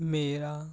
ਮੇਰਾ